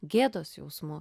gėdos jausmu